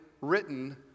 written